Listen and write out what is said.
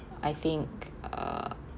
I think uh